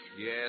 Yes